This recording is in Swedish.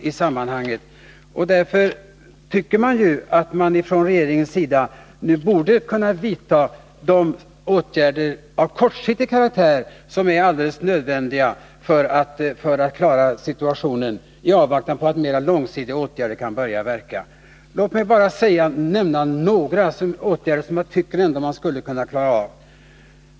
Jag anser att man från regeringens sida nu skall vidta de åtgärder av kortsiktig karaktär som är alldeles nödvändiga för att vi skall klara situationen i avvaktan på att mer långsiktiga åtgärder kan börja verka. Låt mig bara nämna några av dessa åtgärder.